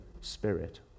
spirit